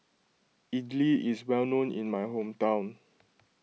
Idili is well known in my hometown